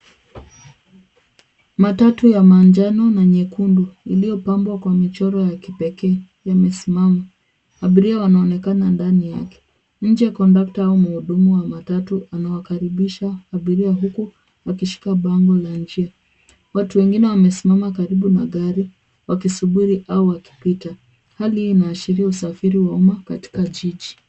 Matatu ya manjano na nyekundu iliyopambwa kwa michoro ya kipekee yamesimama. Abiria wanaonekana ndani yake. Nje kondakta au muhudumu wa matatu anawakaribisha abiria huku akishika bango la njia. Watu wengine wamesimama karibu na gari wakisubiri au wakipita. Hali hiyo inaashiria usafiri wa umma katika jiji.